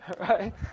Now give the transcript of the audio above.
right